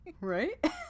Right